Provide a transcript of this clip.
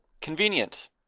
Convenient